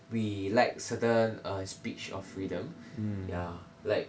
we lack certain err speech of freedom ya like